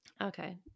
Okay